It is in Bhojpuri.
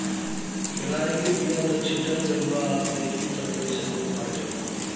केराई के बिया त छीटा गइल बा अब देखि तअ कइसन होत बाटे